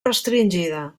restringida